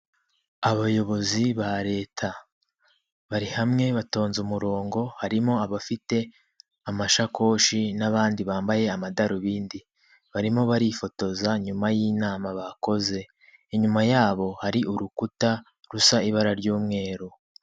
Abayobozi ba leta. Bari hamwe batonze umurongo, harimo abafite amashakoshi n'abandi bambaye amadarubindi. Barimo barifotoza nyuma y'inama bakoze. Inyuma yabo hari urukuta rusa ibara ry'umweru.